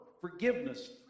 forgiveness